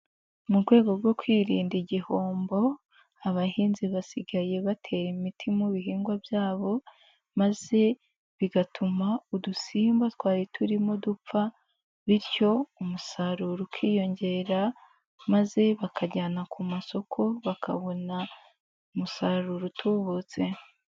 Mu rwego rwo kwirinda igihombo, abahinzi basigaye batera imiti mu bihingwa byabo maze bigatuma udusimba twari turimo dupfa bityo umusaruro ukiyongera maze bakajyana ku masoko bakabona umusaruro utubutse.